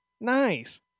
nice